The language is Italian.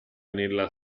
nella